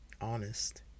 honest